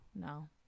no